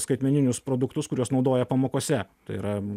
skaitmeninius produktus kuriuos naudoja pamokose tai yra